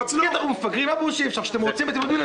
כשאתם רוצים אתם יודעים לפצל.